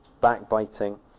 backbiting